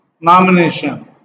nomination